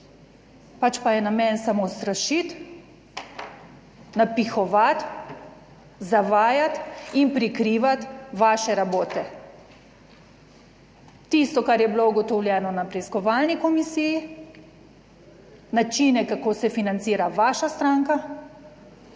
pač pa je namen samo strašiti, napihovati, zavajati in prikrivati vaše rabote. Tisto, kar je bilo ugotovljeno na preiskovalni komisiji, načine kako se financira vaša stranka,